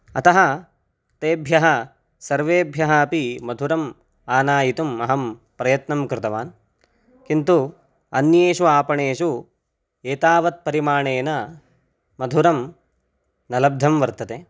अतः तेभ्यः सर्वेभ्यः अपि मधुरम् आनायितुम् अहं प्रयत्नं कृतवान् किन्तु अन्येषु आपणेषु एतावत् परिमाणेन मधुरं न लब्धं वर्तते